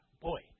Boy